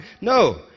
No